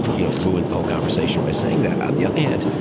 but you know, ruins the whole conversation by saying that. on the other hand,